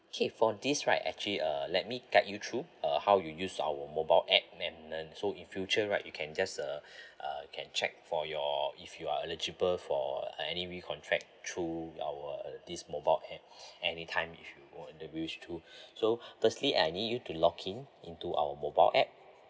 K for this right actually uh let me guide you through uh how you use our mobile app uh so in future right you can just uh uh you can check for your if you are eligible for uh any recontract through our this mobile app anytime so firstly I need you to login into our mobile app